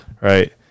right